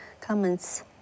comments